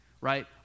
right